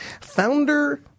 founder